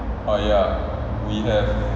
oh ya we have